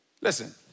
Listen